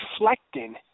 reflecting